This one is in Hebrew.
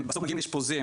בסוף מגיעים לאשפוזים,